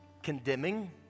condemning